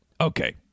Okay